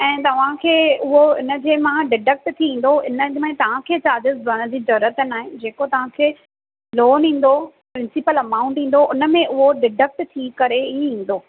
ऐं तव्हांखे उहो हिनजे मां डिडक्ट थी ईंदो हिन में तव्हांखे चार्जिस भरण जी ज़रूरत नाहे जेको तव्हांखे लोन ईंदो प्रिंसिपल अमाउंट ईंदो हुन में उहो डिडक्ट थी करे ई ईंदो